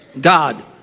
God